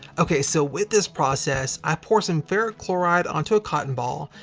okay so with this process, i pour some ferric chloride onto a cotton ball,